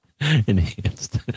Enhanced